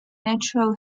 natural